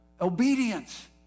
obedience